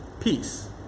Peace